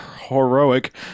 heroic